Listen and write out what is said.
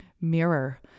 Mirror